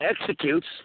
executes